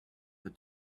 the